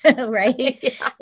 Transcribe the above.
right